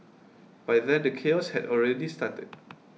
by then the chaos had already started